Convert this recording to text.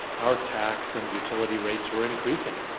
our tax and utility rates were increasing.